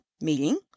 meeting